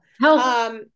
health